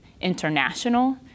international